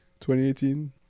2018